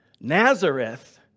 Nazareth